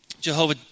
Jehovah